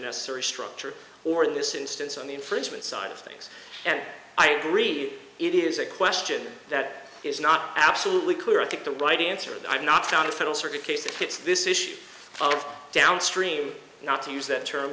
necessary structure or in this instance on the infringement side of things and i agree it is a question that is not absolutely clear i think the right answer and i've not found a federal circuit case that hits this issue of downstream not to use that